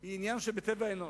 היא עניין שבטבע האנוש.